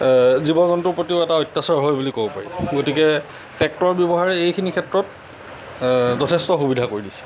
জীৱ জন্তু প্ৰতিও এটা অত্যাচাৰ হয় বুলি ক'ব পাৰি গতিকে টেক্টৰ ব্যৱহাৰে এইখিনি ক্ষেত্ৰত যথেষ্ট সুবিধা কৰি দিছে